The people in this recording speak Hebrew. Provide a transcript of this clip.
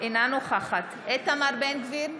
אינה נוכחת איתמר בן גביר,